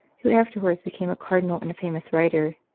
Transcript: who afterwards became a cardinal and a famous writer.